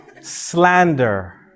slander